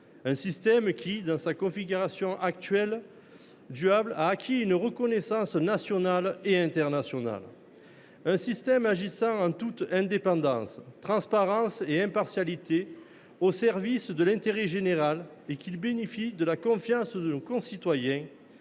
Ce système, dans sa configuration actuelle, duale, a acquis une reconnaissance nationale et internationale. Il agit en toute indépendance, transparence et impartialité, au service de l’intérêt général, et bénéficie de la confiance de nos concitoyens,